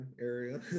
area